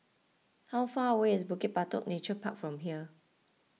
how far away is Bukit Batok Nature Park from here